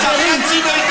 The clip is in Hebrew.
חברים.